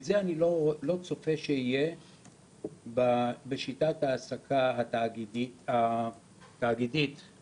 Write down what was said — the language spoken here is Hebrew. את זה אני לא צופה שיהיה בשיטת העסקה התאגידית הצפויה.